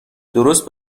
درست